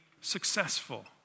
successful